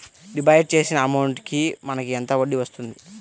Deposit చేసిన amount కి మనకి ఎంత వడ్డీ వస్తుంది?